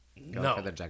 no